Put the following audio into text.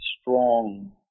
strong